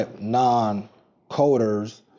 non-coders